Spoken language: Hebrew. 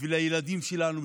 בשביל הילדים שלנו,